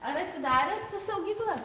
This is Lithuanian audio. ar atidarėt saugyklą